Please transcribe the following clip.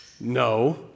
No